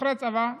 אחרי הצבא,